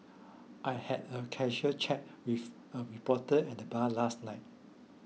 I had a casual chat with a reporter at the bar last night